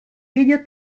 video